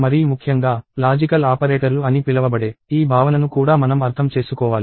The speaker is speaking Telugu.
మరీ ముఖ్యంగా లాజికల్ ఆపరేటర్లు అని పిలవబడే ఈ భావనను కూడా మనం అర్థం చేసుకోవాలి